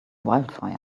wildfire